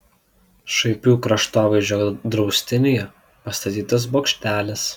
šaipių kraštovaizdžio draustinyje pastatytas bokštelis